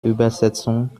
übersetzung